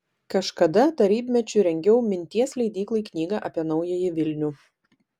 kažkada tarybmečiu rengiau minties leidyklai knygą apie naująjį vilnių